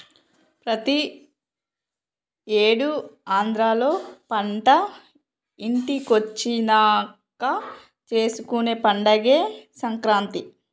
ప్రతి ఏడు ఆంధ్రాలో పంట ఇంటికొచ్చినంక చేసుకునే పండగే సంక్రాంతి